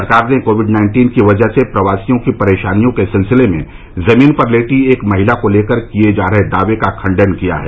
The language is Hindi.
सरकार ने कोविड नाइन्टीन की वजह से प्रवासियों की परेशानियों के सिलसिले में जमीन पर लेटी एक महिला को लेकर किये जा रहे दावे का खंडन किया है